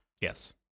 yes